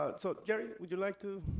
ah so geri, would you like to?